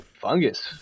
fungus